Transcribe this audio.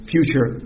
future